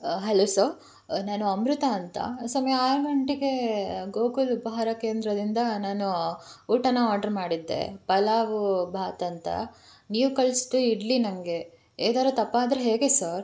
hello sir ನಾನು ಅಮೃತ ಅಂತ ಸಮಯ ಆರು ಗಂಟೆಗೆ ಗೋಕುಲ್ ಉಪಹಾರ ಕೇಂದ್ರದಿಂದ ನಾನು ಊಟನ ಆರ್ಡ್ರು ಮಾಡಿದ್ದೆ ಪಲಾವು ಬಾತ್ ಅಂತ ನೀವು ಕಳ್ಸಿದ್ದು ಇಡ್ಲಿ ನನಗೆ ಈ ಥರ ತಪ್ಪಾದರೆ ಹೇಗೆ ಸರ್